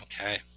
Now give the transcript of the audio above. Okay